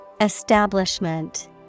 Establishment